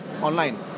online